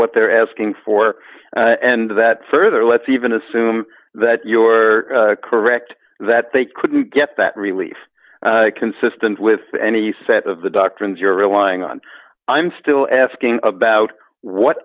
what they're asking for and that further let's even assume that you're correct that they couldn't get that relief consistent with any set of the doctrines you're relying on i'm still asking about what